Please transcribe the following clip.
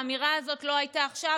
האמירה הזאת לא הייתה עכשיו,